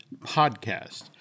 podcast